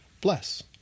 Bless